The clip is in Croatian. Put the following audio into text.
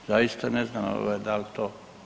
Zaista ne znam da li to